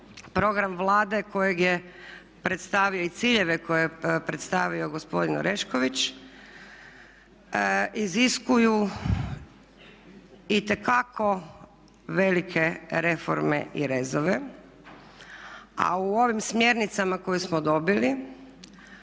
predstavio i ciljeve koje je predstavio gospodin Orešković iziskuju itekako velike reforme i rezove. A u ovim smjernicama koje smo dobili,